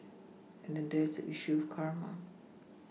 and then there is the issue of karma